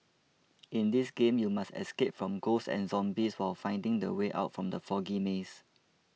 in this game you must escape from ghosts and zombies while finding the way out from the foggy maze